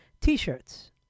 T-shirts